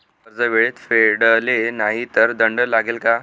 कर्ज वेळेत फेडले नाही तर दंड लागेल का?